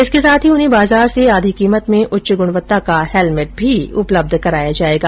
इसके साथ ही उन्हें बाजार से आधी कीमत में उच्च गुणवत्ता का हेलमेट उपलब्ध कराया जाएगा